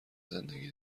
زندگی